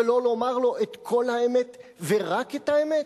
שלא לומר לו את כל האמת ורק את האמת?